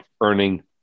earning